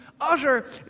utter